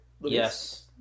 Yes